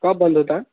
کب بند ہوتا ہے